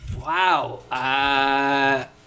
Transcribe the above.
Wow